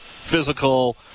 physical